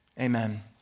Amen